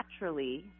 naturally